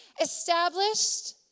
established